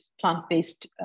plant-based